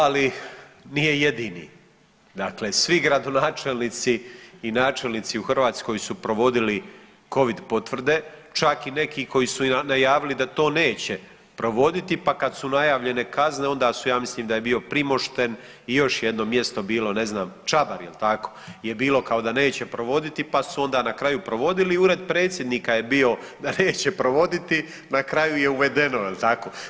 Da, ali nije jedini, dakle svi gradonačelnici i načelnici u Hrvatskoj su provodili covid potvrde, čak i neki koji su i najavili da to neće provoditi, pa kad su najavljene kazne onda su, ja mislim da je bio Primošten i još jedno mjesto bilo, ne znam Čabar jel tako je bilo kao da neće provoditi, pa su onda na kraju provodili i ured predsjednika je bio da neće provoditi, na kraju je uvedeno jel tako?